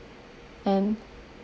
and